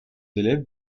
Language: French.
élèves